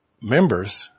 members